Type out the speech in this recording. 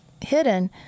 hidden